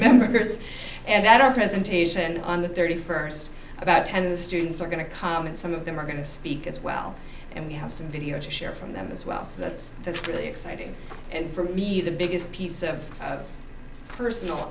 members and that our presentation on the thirty first about ten students are going to come and some of them are going to speak as well and we have some video to share from them as well so that's really exciting and for me the biggest piece of personal